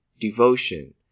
devotion